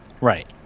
Right